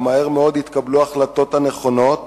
ומהר מאוד יתקבלו ההחלטות הנכונות